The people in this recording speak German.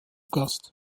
gast